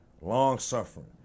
long-suffering